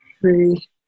three